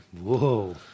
Whoa